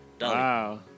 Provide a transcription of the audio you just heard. Wow